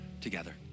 together